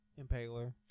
Impaler